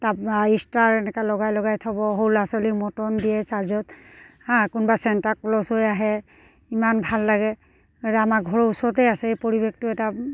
তাৰপৰা ষ্টাৰ এনেকৈ লগাই লগাই থ'ব সৰু ল'ৰা ছোৱালীক মৰ্টন দিয়ে চাৰ্ছত হাঁ কোনোবা চেণ্টা ক্লজ হৈ আহে ইমান ভাল লাগে এই আমাৰ ঘৰৰ ওচৰতে আছে এই পৰিৱেশটো এটা